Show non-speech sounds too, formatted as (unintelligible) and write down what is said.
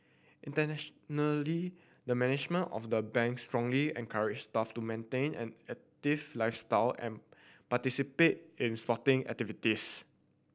(unintelligible) the management of the Bank strongly encourage staff to maintain an active lifestyle and participate in sporting activities